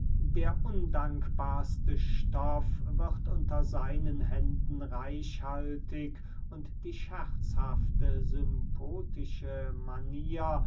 der undankbarste stoff wird unter seinen händen reichhaltig und die scherzhafte sympotische manier